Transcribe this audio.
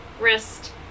wrist